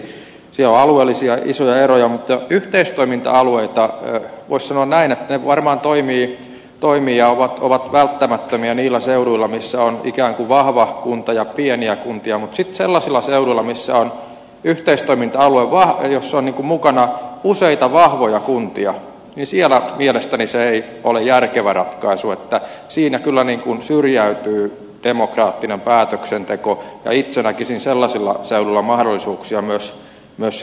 siellä on alueellisia isoja eroja mutta yhteistoiminta alueita voisi sanoa näin että ne varmaan toimivat ja ovat välttämättömiä niillä seuduilla missä on ikään kuin vahva kunta ja pieniä kuntia mutta sitten sellaisilla seuduilla missä on mukana useita vahvoja kuntia niin siellä mielestäni se ei ole järkevä ratkaisu että siinä kyllä niin kuin syrjäytyy demokraattinen päätöksenteko ja itse näkisin sellaisilla seuduilla mahdollisuuksia myös sitten liitoksiin